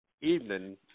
evening